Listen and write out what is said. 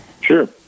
Sure